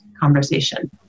conversation